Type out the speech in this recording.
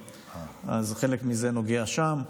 אז חלק מזה נוגע שם.